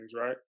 right